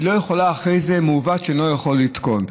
מעוות שאינו יכול לתקון.